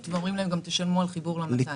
ואומרים להם גם תשלמו על חיבור למט"ש?